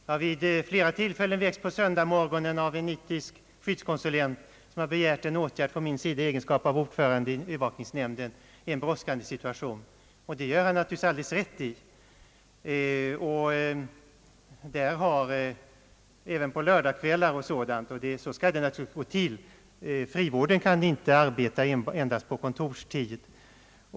Jag har vid flera tillfällen väckts på söndagsmorgonen av en skyddskonsulent, som begärt av mig en åtgärd i min egenskap av ordförande för övervakningsnämnden. Detta händer i brådskande situationer, och det gör skyddskonsulenten alldeles rätt i. Så skall det gå till. Frivården kan inte arbeta endast på kontorstid.